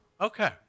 Okay